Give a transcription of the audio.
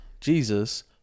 Jesus